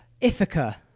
Ithaca